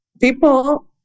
people